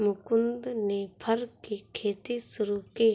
मुकुन्द ने फर की खेती शुरू की